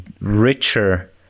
richer